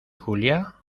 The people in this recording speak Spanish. julia